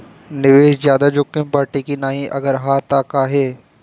निवेस ज्यादा जोकिम बाटे कि नाहीं अगर हा तह काहे?